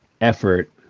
effort